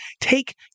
take